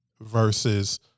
versus